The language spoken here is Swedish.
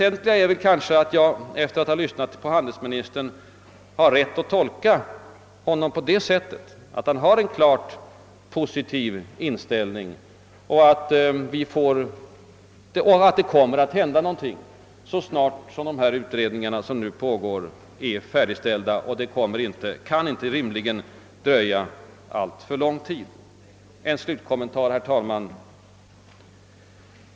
Efter att ha lyssnat på handelsministern tycker jag mig ha rätt att tolka hans uttalande på det sättet, att han bar en klart positiv inställning till problemen och att åtgärder kommer att vidtas så snart de utredningar som nu pågår är slutförda, och det kan inte rimligen dröja alltför lång tid.